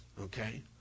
okay